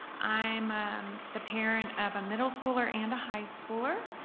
i'm the parent of a middle schooler and a high schooler.